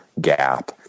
gap